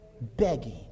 Begging